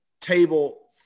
table